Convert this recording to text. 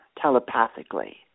telepathically